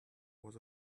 was